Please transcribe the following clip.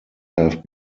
have